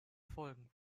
folgen